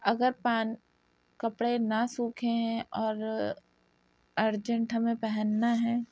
اگر پان کپڑے نا سوکھے ہیں اور ارجنٹ ہمیں پہننا ہے